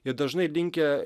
jie dažnai linkę